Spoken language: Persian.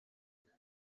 نوشتی